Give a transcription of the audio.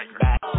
back